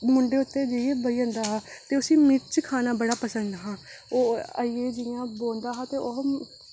मुंढै पर जाइयै बेही जंदा हा ते उसी मिर्च खाना बड़ा पसंद हा ते ओह् आइयै जियां बौंहदा हा ते ओह्